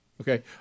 Okay